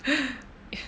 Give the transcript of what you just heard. yeah